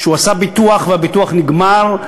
שהוא עשה ביטוח והביטוח נגמר,